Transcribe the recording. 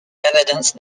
evidence